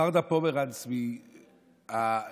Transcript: ורדה פומרנץ מצה"ל,